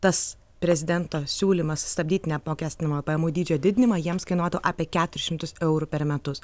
tas prezidento siūlymas stabdyti neapmokestinamojo pajamų dydžio didinimą jiems kainuotų apie keturis šimtus eurų per metus